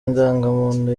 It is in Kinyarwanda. indangamuntu